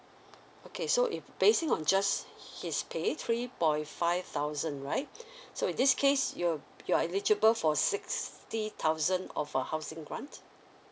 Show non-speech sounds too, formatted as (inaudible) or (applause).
(breath) okay so if basing on just his pay three point five thousand right (breath) so in this case you're you're eligible for sixty thousand of a housing grant